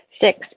Six